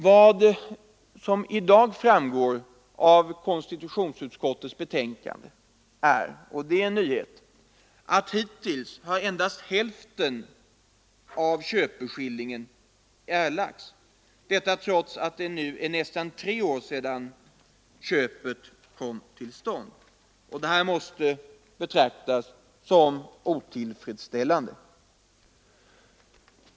Vad som i dag framgår av konstitutionsutskottets betänkande — och det är den nyhet som utgör anledningen till att jag tar till orda — är att hittills endast hälften av köpeskillingen erlagts, trots att det nu är tre år sedan köpet kom till stånd. Detta måste betraktas som otillfredsställande.